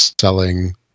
selling